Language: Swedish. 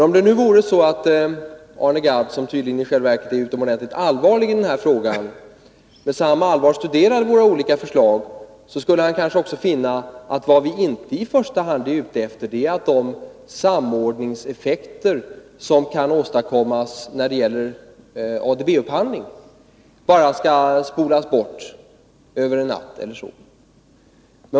Om nu Arne Gadd, som tydligen i själva verket är utomordentligt allvarlig i denna fråga, med samma allvar studerade våra olika förslag, skulle han kanske också finna att vi inte i första hand är ute efter att de samordningseffekter som kan åstadkommas vid ADB-upphandling bara skall ”spolas bort” över en natt eller så.